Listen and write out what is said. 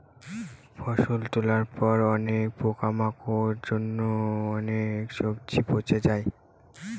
ফসল তোলার পরে অনেক পোকামাকড়ের জন্য অনেক সবজি পচে যায়